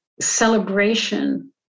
celebration